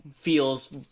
feels